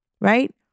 right